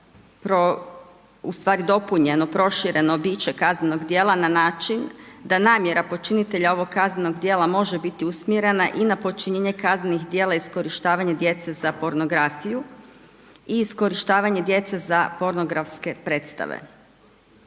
ustvari dopunjeno, prošireno biće kaznenog djela na način da namjera počinitelja ovog kaznenog djela može biti usmjerena i na počinjenje kaznenih djela iskorištavanja djece za pornografiju i iskorištavanje djece za pornografske predstave.